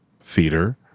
Theater